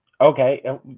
okay